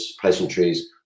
Pleasantries